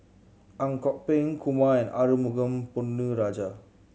Ang Kok Peng Kumar and Arumugam Ponnu Rajah